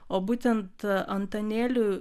o būtent antanėlių